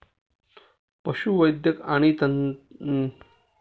पशुवैद्यक आणि तज्ञांच्या सल्ल्याने ते खाद्य देऊन दूध उत्पादनाचे प्रमाण वाढवले जाते